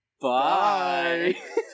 Bye